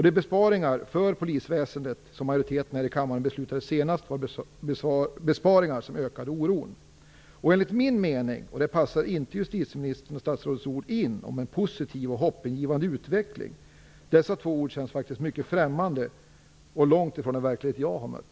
De besparingar för Polisväsendet som majoriteten här i kammaren beslutade om senast ökar oron. Enligt min mening passar inte justitieministerns ord om en "positiv" och "hoppingivande" utveckling in i sammanhanget. Dessa två ord känns faktiskt mycket främmande och ligger långt ifrån den verklighet som jag har mött.